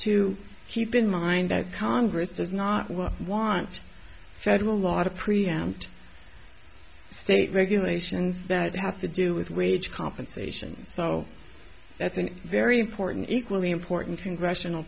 to keep in mind that congress does not want federal law to preempt state regulations that have to do with wage compensation so that's an very important equally important congressional